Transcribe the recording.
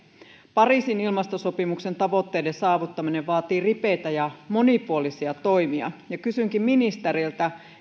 pariisin ilmastosopimuksen tavoitteiden saavuttaminen vaatii ripeitä ja monipuolisia toimia kysynkin ministeriltä